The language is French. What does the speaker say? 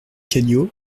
cadio